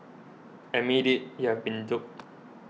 admit it you have been duped